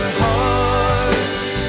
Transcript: hearts